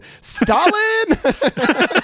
Stalin